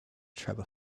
travel